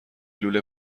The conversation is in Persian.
لوله